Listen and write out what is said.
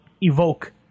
evoke